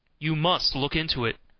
you must look into it.